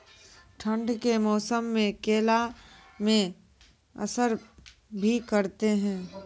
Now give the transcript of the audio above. ठंड के मौसम केला मैं असर भी करते हैं?